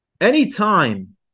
Anytime